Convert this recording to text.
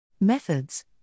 Methods